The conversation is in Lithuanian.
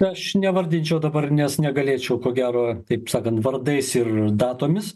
aš nevardinčiau dabar nes negalėčiau ko gero taip sakant vardais ir datomis